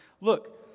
Look